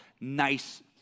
nice